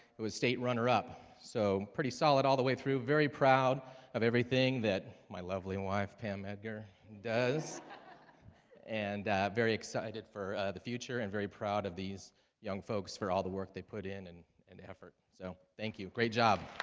it was state runner-up so pretty solid all the way through very proud of everything that my lovely and wife pam edgar does and very excited for the future and very proud of these young folks for all the work they put in and and effort so, thank you great job